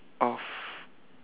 of